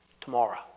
Tomorrow